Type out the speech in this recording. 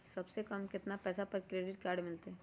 सबसे कम कतना पैसा पर क्रेडिट काड मिल जाई?